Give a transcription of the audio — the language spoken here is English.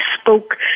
spoke